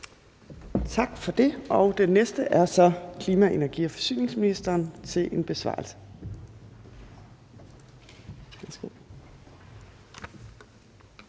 Tak for det. Den næste er klima-, energi- og forsyningsministeren til besvarelse.